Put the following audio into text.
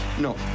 No